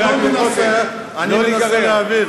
אני מנסה להבין.